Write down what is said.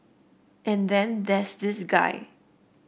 and then there's this guy